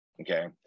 okay